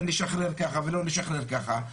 ונשחרר ככה ולא נשחרר ככה.